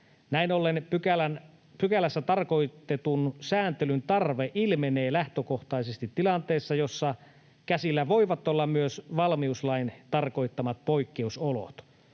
Näin ollen pykälässä tarkoitetun sääntelyn tarve ilmenee lähtökohtaisesti tilanteessa, jossa käsillä voivat olla myös valmiuslain tarkoittamat poikkeusolot.